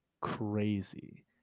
crazy